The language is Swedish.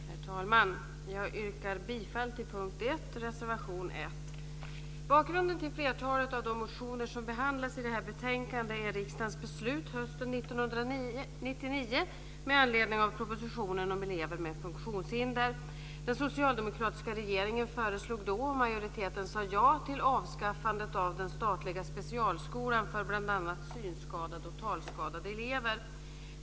Herr talman! Jag yrkar bifall till reservation 1 under punkt 1. Bakgrunden till flertalet av de motioner som behandlas i det här betänkandet är riksdagens beslut hösten 1999 med anledning av propositionen Elever med funktionshinder. Den socialdemokratiska regeringen föreslog då, och majoriteten sade ja, till avskaffandet av den statliga specialskolan för bl.a. synskadade och talskadade elever.